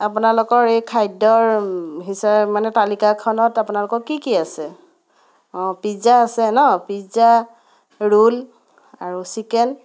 আপোনালোকৰ এই খাদ্যৰ হি মানে তালিকাখত আপোনালোকৰ কি কি আছে অঁ পিজ্জা আছে ন পিজ্জা ৰোল আৰু চিকেন